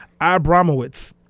abramowitz